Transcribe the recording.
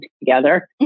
together